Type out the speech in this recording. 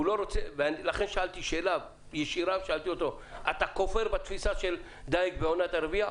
לכן שאלתי שאלה ישירה: אתה כופר בתפיסה של דייג בעונת הרבייה?